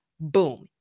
Boom